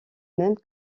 même